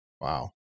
Wow